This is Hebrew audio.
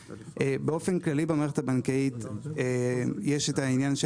באופן כללי במערכת הבנקאית יש את העניין של